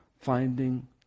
finding